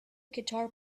guitar